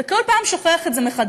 אתה כל פעם שוכח את זה מחדש.